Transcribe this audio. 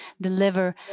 deliver